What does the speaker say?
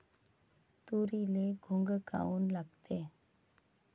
तुरीले घुंग काऊन लागते?